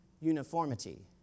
uniformity